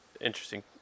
interesting